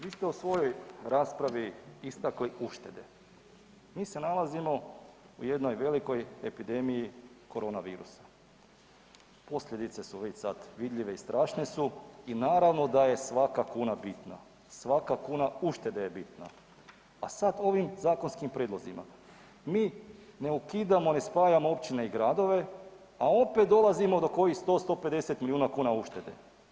Vi ste u svojoj raspravi istakli uštede, mi se nalazimo u jednoj velikoj epidemiji korona virusa, posljedice su već sad vidljive i strašne su i naravno da je svaka kuna bitna, svaka kuna uštede je bitna, a sad ovim zakonskim prijedlozima mi ne ukidamo ne spajamo općine i gradove, a opet dolazimo do ovih 100, 150 milijuna kuna uštede.